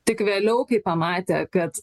tik vėliau kai pamatė kad